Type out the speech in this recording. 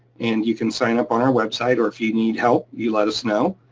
and you can sign up on our website. or if you need help, you let us know,